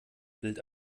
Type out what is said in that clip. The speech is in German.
bild